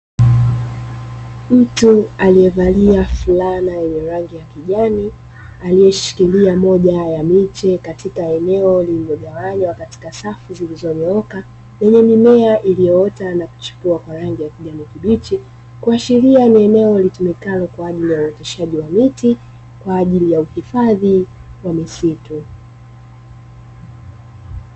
Mtu aliyevalia flana yenye rangi ya kijani aliyeshikilia moja ya miche katika eneo lilologawanywa katika safu zilizonyooka; lenye mimea iliyoota na kuchipua kwa rangi ya kijani kibishi, kuashiria ni eneo litumikalo kwa ajili ya uoteshaji wa miti kwa ajili ya uhifadhi wa misitu.